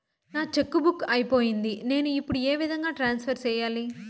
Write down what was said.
నా cheque book అయిపోయింది నేను ఇప్పుడు ఏ విధంగా ట్రాన్స్ఫర్ సేయాలి?